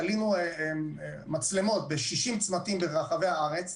תלינו מצלמות ב-60 צמתים ברחבי הארץ,